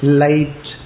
light